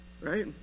right